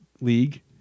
league